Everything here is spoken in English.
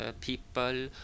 people